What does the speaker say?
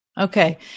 Okay